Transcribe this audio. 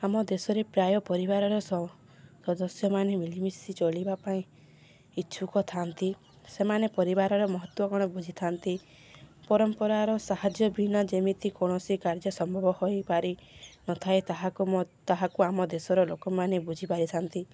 ଆମ ଦେଶରେ ପ୍ରାୟ ପରିବାରର ସଦସ୍ୟମାନେ ମିଳିମିଶି ଚଳିବା ପାଇଁ ଇଚ୍ଛୁକ ଥାନ୍ତି ସେମାନେ ପରିବାରର ମହତ୍ତ୍ୱ କ'ଣ ବୁଝିଥାନ୍ତି ପରମ୍ପରାର ସାହାଯ୍ୟ ବିନା ଯେମିତି କୌଣସି କାର୍ଯ୍ୟ ସମ୍ଭବ ହୋଇପାରିନଥାଏ ତାହାକୁ ତାହାକୁ ଆମ ଦେଶର ଲୋକମାନେ ବୁଝିପାରିଥାନ୍ତି